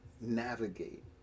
navigate